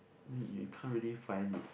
then you can't really find it